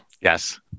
Yes